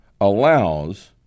allows